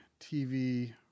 TV